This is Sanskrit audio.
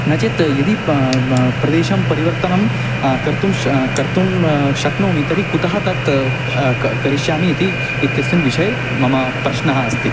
न चेत् यदि प्रदेशं परिवर्तनं कर्तुं श् कर्तुं शक्नोमि तर्हि कुतः तत् क क करिष्यामि इति इत्यस्मिन् विषये मम प्रश्नः अस्ति